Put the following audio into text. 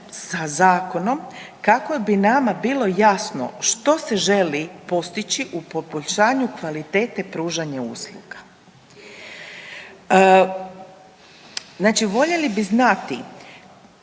sa zakonom kako bi nama bilo jasno što se želi postići u poboljšanju kvalitete pružanja usluga. Znači voljeli bi znati